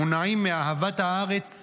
מונעים מאהבת הארץ,